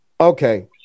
Okay